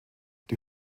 die